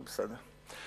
זה בסדר.